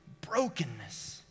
brokenness